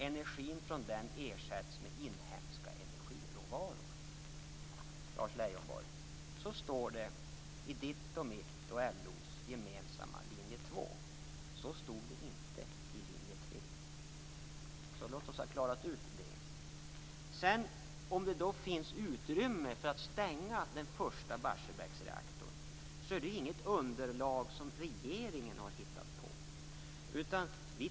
Energin från dem ersätts med inhemska energiråvaror. Så står det i Lars Leijonborgs, mitt och LO:s gemensamma linje 2-dokument. Så stod det inte hos linje 3. Låt oss ha klarat ut det. Att det skulle finnas utrymme för att stänga den första reaktorn i Barsebäck bygger inte på något underlag som regeringen har hittat på.